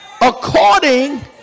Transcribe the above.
According